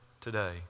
today